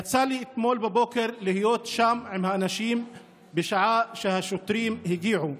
יצא לי אתמול בבוקר להיות שם עם האנשים בשעה שהשוטרים הגיעו.